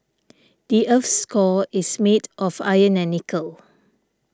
the earth's core is made of iron and nickel